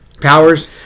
powers